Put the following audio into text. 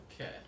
Okay